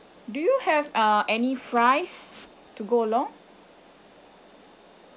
do you have uh any fries to go along